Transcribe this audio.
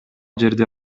жерде